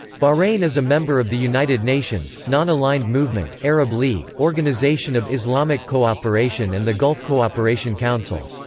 bahrain is a member of the united nations, non-aligned movement, arab league, organisation of islamic cooperation and the gulf cooperation council.